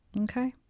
Okay